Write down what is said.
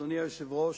אדוני היושב-ראש,